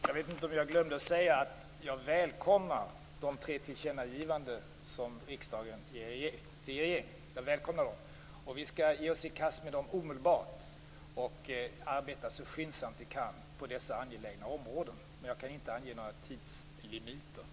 Fru talman! Jag kanske glömde att säga att jag välkomnar de tre tillkännagivanden som riksdagen ger till regeringen. Vi skall ge oss i kast med dem omedelbart och arbeta så skyndsamt som möjligt på dessa angelägna områden, men jag kan inte ge några tidslimiter.